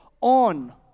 on